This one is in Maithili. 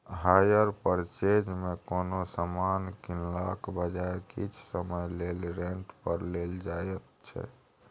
हायर परचेज मे कोनो समान कीनलाक बजाय किछ समय लेल रेंट पर लेल जाएत छै